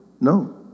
No